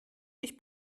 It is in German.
ich